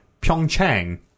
Pyeongchang